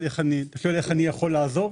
אתה שואל איך אני יכול לעזור?